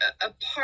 apart